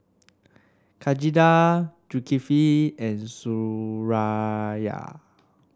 Zulkifli and Suraya